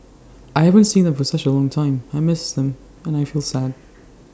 I haven't seen them for such A long time I miss them and I feel sad